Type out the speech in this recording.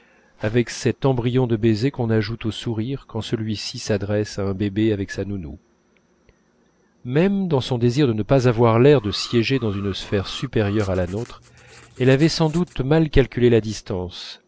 avec cet embryon de baiser qu'on ajoute au sourire quand celui-ci s'adresse à un bébé avec sa nounou même dans son désir de ne pas avoir l'air de siéger dans une sphère supérieure à la nôtre elle avait sans doute mal calculé la distance